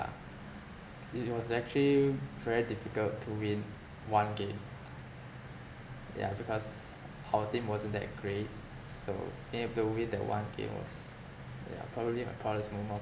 it was actually very difficult to win one game yeah because our team wasn't that great so being able to win that one game was yeah probably my proudest moment of